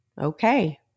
Okay